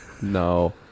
No